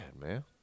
man